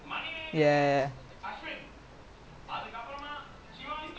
quite O_P lah but even that guy never see so long then darren வந்து நாளைக்குதா பாக்குறேன்:vanthu naalaikkuthaa paakkuraen